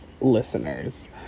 listeners